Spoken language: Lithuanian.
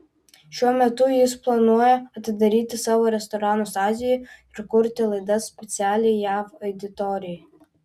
šiuo metu jis planuoja atidaryti savo restoranus azijoje ir kurti laidas specialiai jav auditorijai